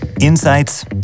Insights